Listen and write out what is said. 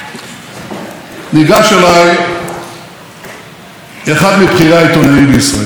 ניגש אליי אחד מבכירי העיתונאים בישראל.